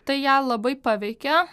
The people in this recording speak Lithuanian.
tai ją labai paveikė